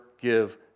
give